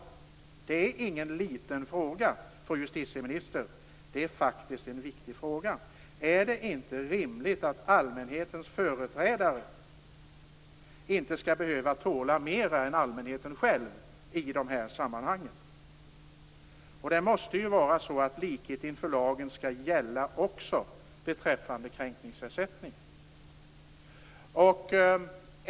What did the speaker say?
Det är ingen liten fråga, fru justitieminister; det är faktiskt en viktig fråga. Är det inte rimligt att allmänhetens företrädare inte skall behöva tåla mera än allmänheten själv i dessa sammanhang? Det måste ju vara så att likhet inför lagen skall gälla också beträffande kränkningsersättning.